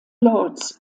lords